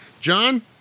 John